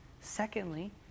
secondly